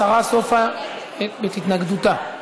השרה סופה לנדבר, את התנגדותה.